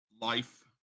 life